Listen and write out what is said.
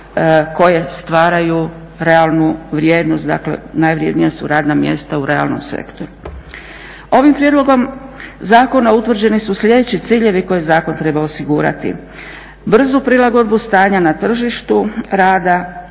koje stvaraju realnu vrijednost. Dakle najvrjednija su radna mjesta u realnom sektoru. Ovim prijedlogom zakona utvrđeni su sljedeći ciljevi koje zakon treba osigurati: brzu prilagodbu stanja na tržištu rada,